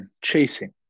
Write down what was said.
chasing